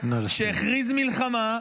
שהכריז מלחמה,